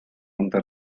onda